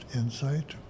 insight